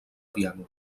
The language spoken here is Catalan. piano